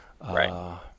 Right